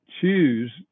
choose